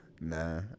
Nah